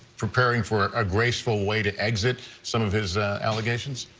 preparing for a graceful way to exit some of his allegations?